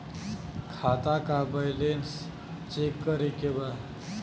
खाता का balance check करे के बा?